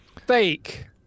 fake